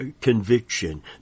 conviction